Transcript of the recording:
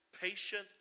patient